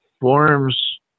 forms